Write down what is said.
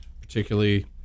particularly